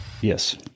Yes